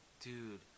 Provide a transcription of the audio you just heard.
Dude